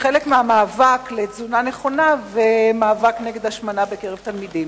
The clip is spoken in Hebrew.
כאל חלק מהמאבק למען תזונה נכונה ומהמאבק נגד השמנה בקרב תלמידים?